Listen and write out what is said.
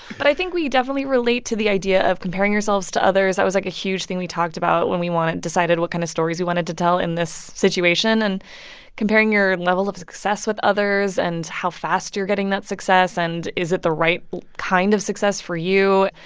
but i think we definitely relate to the idea of comparing ourselves to others. that was, like, a huge thing we talked about when we wanted decided what kind of stories we wanted to tell in this situation and comparing your level of success with others and how fast you're getting that success, and is it the right kind of success for you?